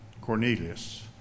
Cornelius